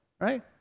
right